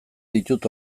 ditut